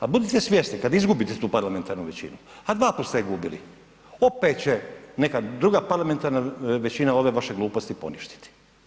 Ali budite svjesni kada izgubite tu parlamentarnu većinu a dva puta ste ju gubili opet će neka druga parlamentarna većina ove vaše gluposti poništiti.